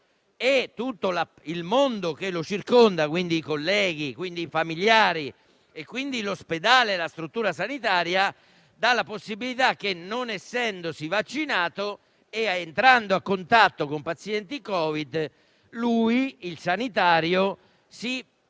il mondo che lo circonda - i colleghi, i familiari, l'ospedale e la struttura sanitaria - dalla possibilità che, non essendosi egli vaccinato e entrando a contatto con pazienti Covid-19, a lui, al sanitario, venga